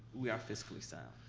we are fiscally sound.